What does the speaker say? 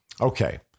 Okay